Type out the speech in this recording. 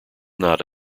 not